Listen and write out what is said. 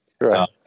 Right